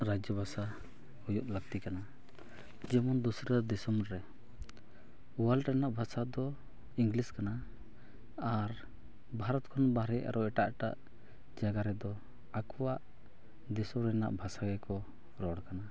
ᱨᱟᱡᱽᱡᱚ ᱵᱷᱟᱥᱟ ᱦᱩᱭᱩᱜ ᱞᱟᱹᱠᱛᱤ ᱠᱟᱱᱟ ᱡᱮᱢᱚᱱ ᱫᱚᱥᱨᱟ ᱫᱤᱥᱚᱢᱨᱮ ᱨᱮᱱᱟᱜ ᱵᱷᱟᱥᱟ ᱫᱚ ᱠᱟᱱᱟ ᱟᱨ ᱵᱷᱟᱨᱚᱛ ᱠᱷᱚᱱ ᱵᱟᱦᱨᱮ ᱟᱨᱦᱚᱸ ᱮᱴᱟᱜᱼᱮᱴᱟᱜ ᱡᱟᱭᱜᱟ ᱨᱮᱫᱚ ᱟᱠᱚᱣᱟ ᱫᱤᱥᱚᱢ ᱨᱮᱱᱟᱜ ᱵᱷᱟᱥᱟ ᱜᱮᱠᱚ ᱨᱚᱲ ᱠᱟᱱᱟ